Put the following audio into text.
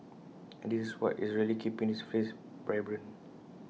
and this is what is really keeping this place vibrant